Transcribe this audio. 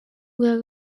bwa